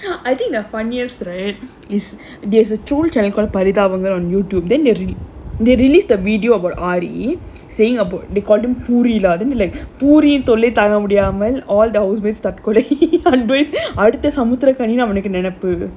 I think the funniest right is there is a troll channel called பரிதாபங்கள்:parithaabangal on YouTube then they they released a video about the aari saying about the called him பூரி:poori lah then they like பூரியின் தொல்லை தாங்க முடியாமல்:pooriyin thollai thaanga mudiyaamal all the housemates தற்கொலை அன்பு:tharkolai anbu அடுத்த சமுத்திரகனினு அவனுக்கு நினைப்பு:adutha samuthirakaninu avanukku ninaippu